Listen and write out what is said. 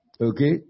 Okay